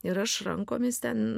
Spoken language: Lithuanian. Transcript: ir aš rankomis ten